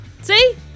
See